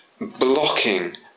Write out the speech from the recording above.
blocking